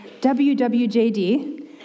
WWJD